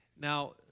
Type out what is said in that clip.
Now